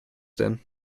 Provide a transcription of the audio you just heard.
denn